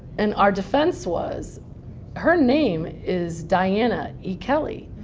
and our defense was her name is diana e. kelly,